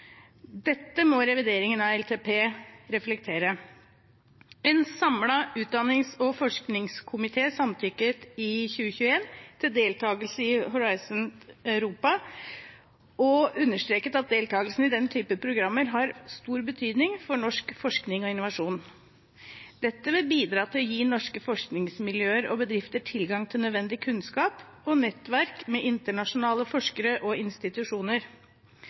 Dette må revideringen av LTP reflektere. En samlet utdannings- og forskningskomité samtykket i 2021 til deltakelse i Horisont Europa og understreket at deltakelse i den type programmer har stor betydning for norsk forskning og innovasjon. Dette vil bidra til å gi norske forskningsmiljøer og bedrifter tilgang til nødvendig kunnskap og nettverk med internasjonale forskere og institusjoner.